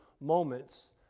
moments